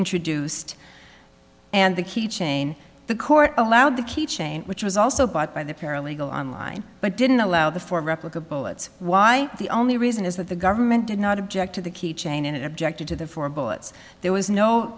introduced and the key chain the court allowed the key chain which was also bought by the paralegal online but didn't allow the four replica bullets why the only reason is that the government did not object to the key chain and it objected to the four bullets there was no